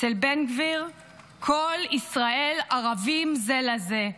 אצל בן גביר כל ישראל ערָבים זה לזה,